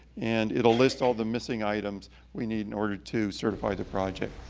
and it'll list all the missing items we need. in order to certify the project.